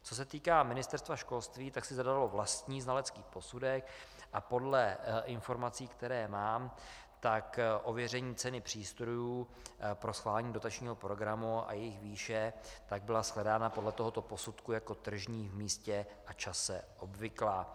Co se týká Ministerstva školství, tak si zadalo vlastní znalecký posudek a podle informací, které mám, ověření ceny přístrojů pro schválení dotačního programu a jejich výše byla shledána dle tohoto posudku jako tržní v místě a čase obvyklá.